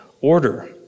order